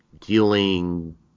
dealing